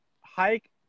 hike